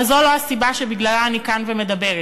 אבל זו לא הסיבה שבגללה אני כאן ומדברת.